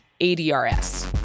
ADRS